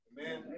amen